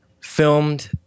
Filmed